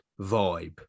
vibe